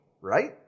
right